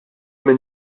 minn